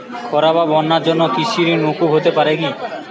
খরা বা বন্যার জন্য কৃষিঋণ মূকুপ হতে পারে কি?